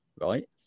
right